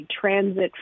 transit